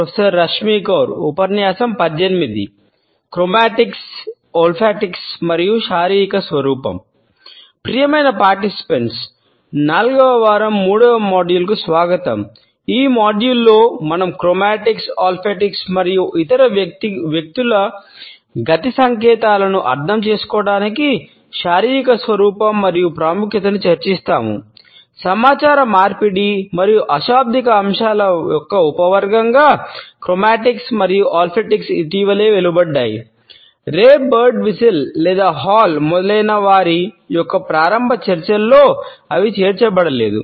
ప్రియమైన పాల్గొనేవారిని మొదలైనవారి యొక్క ప్రారంభ చర్చలలో అవి చేర్చబడలేదు